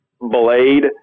blade